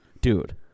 Dude